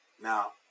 Now